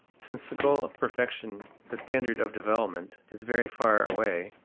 since the goal of perfection, the standard of development, is very far away,